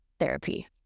Therapy